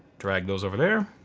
drag those over there.